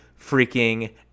freaking